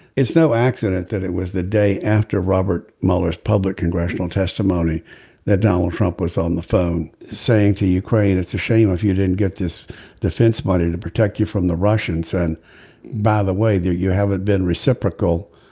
it's no accident that it was the day after robert mueller's public congressional testimony that donald trump was on the phone saying to ukraine it's a shame if you didn't get this defense money to protect you from the russians and by the way there you have it been reciprocal.